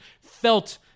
felt